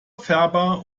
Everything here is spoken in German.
färber